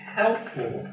helpful